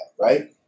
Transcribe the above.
right